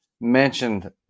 mentioned